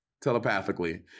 telepathically